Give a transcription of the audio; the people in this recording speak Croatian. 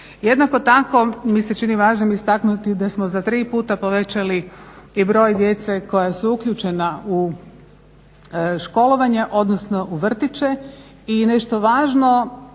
Jednako tako mi se čini važi istaknuti da smo za tri puta povećali i broj djece koja su uključena u školovanje odnosno u vrtiće i nešto važno